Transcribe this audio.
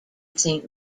saint